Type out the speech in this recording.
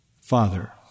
Father